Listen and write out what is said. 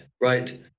right